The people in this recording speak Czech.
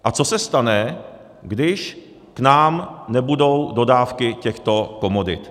A co se stane, když k nám nebudou dodávky těchto komodit?